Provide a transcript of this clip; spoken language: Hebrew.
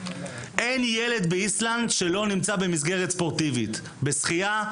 אין ילד באיסלנד שלא נמצא במסגרת ספורטיבית: בשחייה,